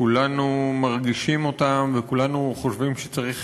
כולנו מרגישים אותם וכולנו חושבים שצריך